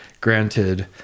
granted